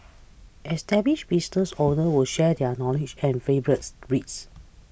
established business owners will share their knowledge and favourites reads